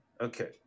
Okay